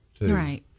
right